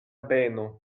beno